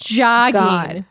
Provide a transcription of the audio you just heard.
jogging